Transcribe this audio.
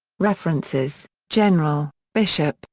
references general bishop,